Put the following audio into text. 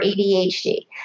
ADHD